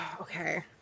Okay